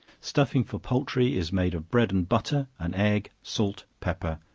stuffing for poultry is made of bread and butter, an egg, salt, pepper,